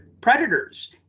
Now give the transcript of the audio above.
Predators